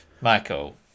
Michael